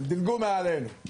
דילגו מעלינו,